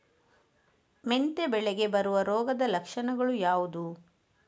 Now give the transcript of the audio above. ಮೆಂತೆ ಬೆಳೆಗೆ ಬರುವ ರೋಗದ ಲಕ್ಷಣಗಳು ಯಾವುದು?